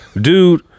dude